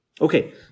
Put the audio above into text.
Okay